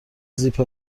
زیپ